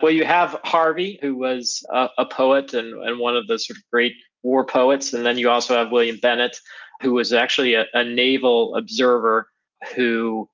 well you have harvey, who was a poet and and one of the sort of great war poets, and then you also have william bennet who was actually ah a naval observer who